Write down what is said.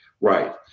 right